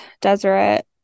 Deseret